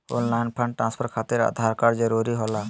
Online fund transfer खातिर Aadhaar card जरूरी होला?